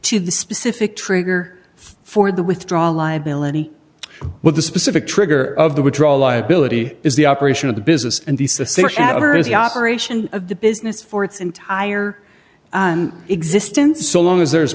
to the specific trigger for the withdrawal liability with the specific trigger of the withdrawal liability is the operation of the business and the suspicion of her is the operation of the business for its entire existence so long as there